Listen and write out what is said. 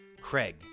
Craig